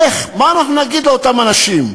איך, מה אנחנו נגיד לאותם אנשים?